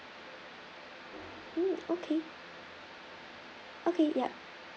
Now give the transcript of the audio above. mm okay okay yup